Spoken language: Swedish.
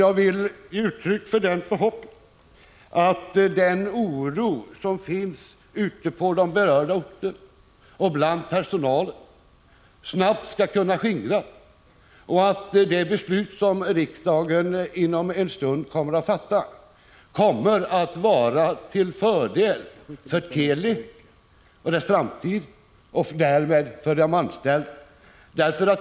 Jag vill uttrycka förhoppningen att den oro som finns på de berörda orterna och bland personalen snabbt skall kunna skingras och att det beslut som riksdagen inom en stund kommer att fatta kommer att vara till fördel för Teli och dess framtid och därmed för de anställda.